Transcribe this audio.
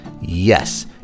Yes